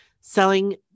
selling